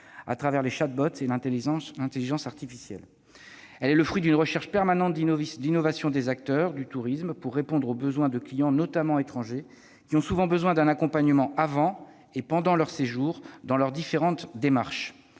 au travers des et de l'intelligence artificielle. Elle est le fruit d'une recherche permanente d'innovations des acteurs du tourisme pour répondre aux besoins de clients, notamment étrangers, qui ont souvent besoin d'un accompagnement avant et pendant leur séjour dans leurs différentes démarches.